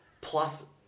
plus